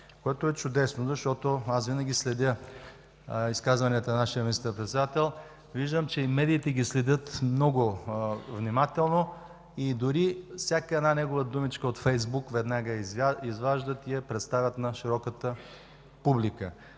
което е чудесно, защото аз винаги следя изказванията на нашия министър-председател. Виждам, че и медиите ги следят много внимателно и дори всяка една негова думичка от „Фейсбук” веднага я изваждат и я представят на широката публика.